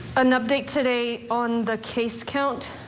an update today on the case count.